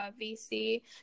VC